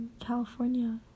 California